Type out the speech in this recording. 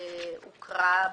הוקרא ברובו.